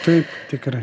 taip tikrai